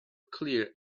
clear